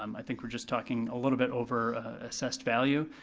um i think we're just talking a little bit over assessed value,